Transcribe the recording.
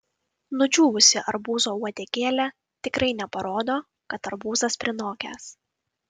nudžiūvusi arbūzo uodegėlė tikrai neparodo kad arbūzas prinokęs